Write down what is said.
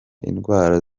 indwara